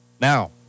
Now